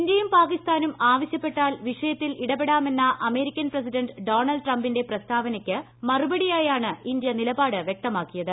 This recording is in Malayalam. ഇന്ത്യയും പാകിസ്ഥാനും ആവശ്യപ്പെട്ടാൽ വിഷയത്തിൽ ഇടപെടാമെന്ന അമേരിക്കൻ പ്രസിഡന്റ് ഡോണൾഡ് ട്രംപിന്റെ പ്രസ്താവനയ്ക്ക് മറുപടിയായാണ് ഇന്ത്യ നിലപാട് വ്യക്തമാക്കിയത്